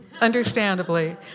understandably